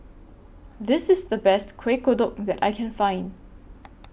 This IS The Best Kueh Kodok that I Can Find